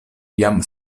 jam